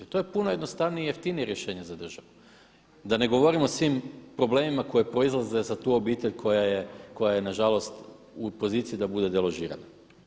To je puno jednostavnije i jeftinije rješenje za državu, a da ne govorim o svim problemima koji proizlaze za tu obitelj koja je nažalost u poziciji da bude deložirana.